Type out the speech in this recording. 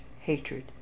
hatred